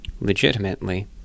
Legitimately